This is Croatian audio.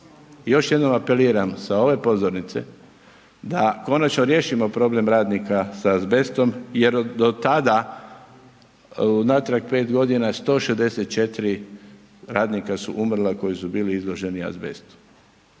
Još jednom apeliram sa ove pozornice da konačno riješimo problem radnika sa azbestom jer do tada, unatrag 5 godina 164 radnika su umrla koji su bili izloženi azbestu.